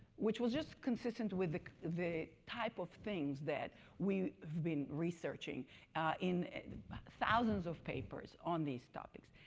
which was just consistent with the type of things that we've been researching in thousands of papers on these topics.